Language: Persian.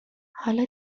حالا